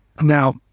now